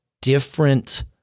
different